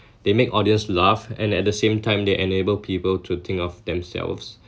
they make audience laugh and at the same time they enable people to think of themselves